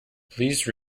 please